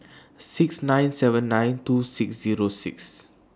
six nine seven nine two six Zero six